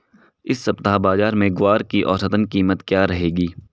इस सप्ताह बाज़ार में ग्वार की औसतन कीमत क्या रहेगी?